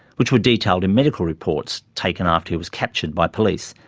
which were detailed in medical reports taking after he was captured by police,